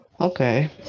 Okay